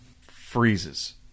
freezes